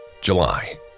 July